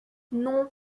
non